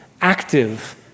active